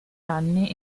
anni